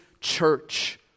church